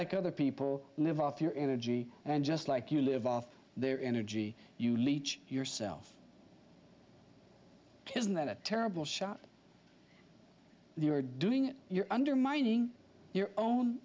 like other people live off your energy and just like you live off their energy you leech yourself isn't that a terrible shot they are doing you're undermining your own